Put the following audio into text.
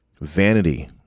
Vanity